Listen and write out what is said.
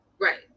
Right